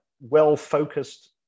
well-focused